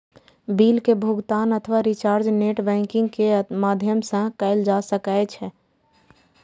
bill के भुगातन अथवा रिचार्ज नेट बैंकिंग के माध्यम सं कैल जा सकै छै